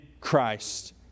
Christ